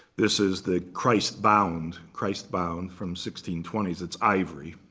this is the christ bound christ bound from sixteen twenty s. it's ivory.